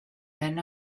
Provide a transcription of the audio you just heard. men